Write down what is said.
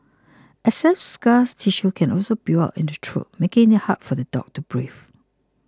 excess scar tissue can also build up in the throat making it hard for the dog to breathe